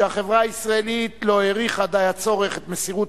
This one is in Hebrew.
שהחברה הישראלית לא העריכה די הצורך את מסירות